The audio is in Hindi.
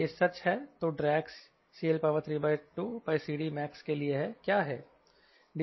यह सच है तो ड्रैग CL32CD max के लिए क्या है